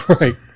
Right